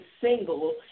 single